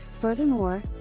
Furthermore